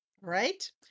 right